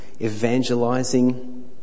evangelizing